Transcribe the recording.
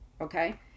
Okay